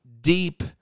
deep